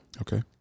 Okay